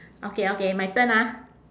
okay okay my turn ah